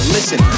Listen